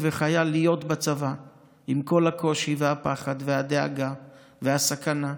וחייל להיות בצבא עם כל הקושי והפחד והדאגה והסכנה.